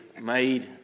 made